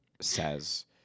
says